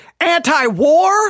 anti-war